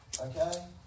Okay